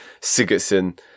Sigurdsson